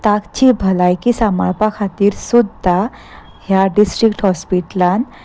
ताची भलायकी सांबाळपा खातीर सुद्दा ह्या डिस्ट्रिक्ट हॉस्पिटलान